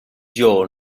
your